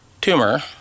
tumor